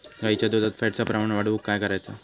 गाईच्या दुधात फॅटचा प्रमाण वाढवुक काय करायचा?